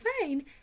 fine